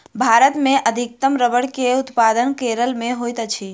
भारत मे अधिकतम रबड़ के उत्पादन केरल मे होइत अछि